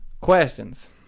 questions